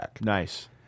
Nice